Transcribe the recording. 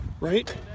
right